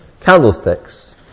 candlesticks